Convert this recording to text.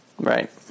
Right